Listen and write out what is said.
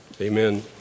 amen